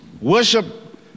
worship